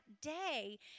day